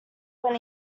when